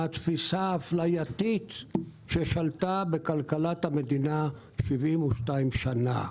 מן התפיסה המפלה ששלטה בכלכלת המדינה מזה 72 שנים.